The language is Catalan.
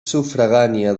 sufragània